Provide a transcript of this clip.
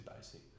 basic